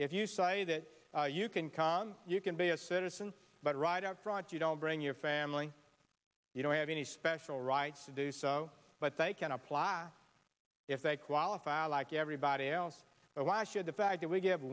if you say that you can con you can be a citizen but right out brought you don't bring your family you don't have any special rights to do so but they can apply if they qualify like everybody else why should the fact that we g